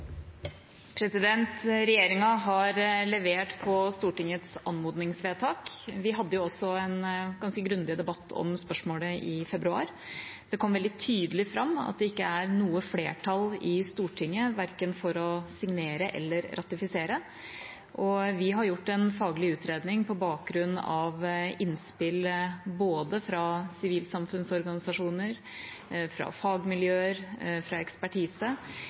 Regjeringa har levert når det gjelder Stortingets anmodningsvedtak. Vi hadde også en ganske grundig debatt om spørsmålet i februar. Det kom veldig tydelig fram at det ikke er noe flertall i Stortinget for verken å signere eller å ratifisere. Vi har gjort en faglig utredning på bakgrunn av innspill både fra sivilsamfunnsorganisasjoner, fra fagmiljøer og fra ekspertise,